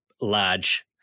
large